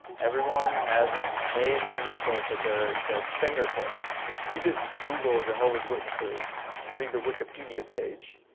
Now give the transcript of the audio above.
everyone has an amazing resource at their their fingers tips. you you just google jehovah's witnesses and read the wikipedia page.